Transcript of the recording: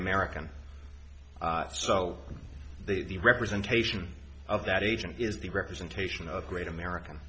american so the representation of that agent is the representation of great american